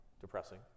depressing